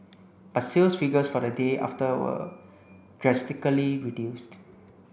but sales figures for the day after were drastically reduced